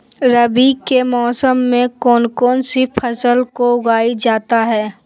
रवि के मौसम में कौन कौन सी फसल को उगाई जाता है?